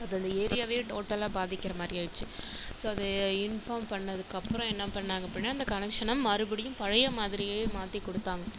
அது அந்த ஏரியாவே டோட்டலாக பாதிக்கிற மாதிரி ஆச்சு ஸோ அதையே இன்ஃபார்ம் பண்ணதுக்கு அப்புறம் என்ன பண்ணாங்க அப்படின்னா அந்த கனெக்ஷனை மறுபடியும் பழைய மாதிரியே மாற்றிக் கொடுத்தாங்க